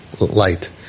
light